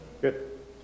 Good